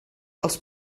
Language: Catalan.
els